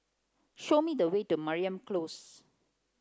show me the way to Mariam Close